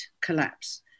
Collapse